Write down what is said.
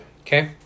Okay